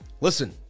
Listen